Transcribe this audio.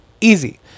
Easy